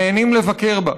נהנים לבקר בה,